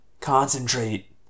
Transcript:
Concentrate